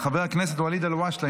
חבר הכנסת ואליד אלהואשלה,